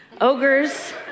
ogres